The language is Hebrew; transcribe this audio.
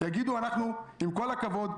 יגידו: עם כל הכבוד,